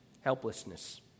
helplessness